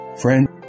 Friend